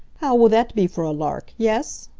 how will that be for a lark, yes?